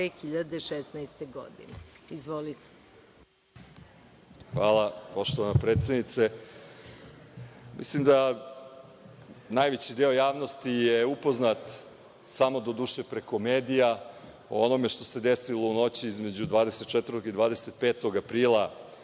2016. godine. Izvolite. **Marko Đurišić** Hvala, poštovana predsednice. Mislim da najveći deo javnosti je upoznat samo, doduše, preko medija o onome što se desilo u noću između 24. i 25. aprila